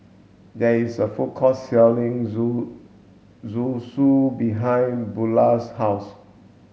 there is a food court selling zoo Zosui behind Bula's house